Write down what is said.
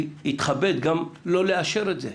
שיתכבד גם לא לאשר את זה.